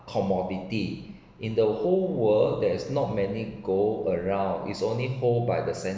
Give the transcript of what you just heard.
commodity in the whole world there's not many gold around is only hold by the cen~